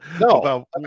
No